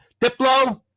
Diplo